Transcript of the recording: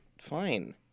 Fine